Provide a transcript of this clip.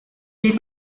est